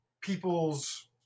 people's